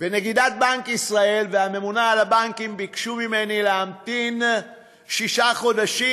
נגידת בנק ישראל והממונה על הבנקים ביקשו ממני להמתין שישה חודשים,